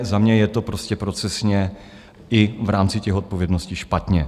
Za mě je to prostě procesně i v rámci odpovědností špatně.